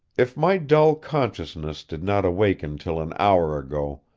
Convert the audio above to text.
if my dull consciousness did not awaken till an hour ago,